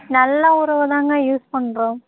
நல்லா ஒரு உரந்தாங்க யூஸ் பண்ணுறோம்